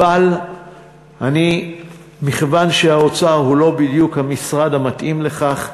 אבל מכיוון שהאוצר הוא לא בדיוק המשרד המתאים לכך,